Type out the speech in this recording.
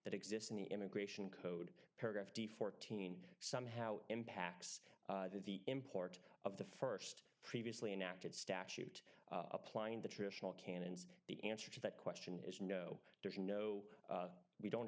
that exists in the immigration code paragraph d fourteen somehow impacts the import of the first previously enacted statute applying the traditional canons the answer to that question is no there's no we don't